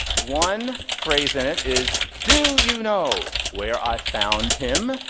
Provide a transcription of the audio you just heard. one phrase in it is, do you know where i found him?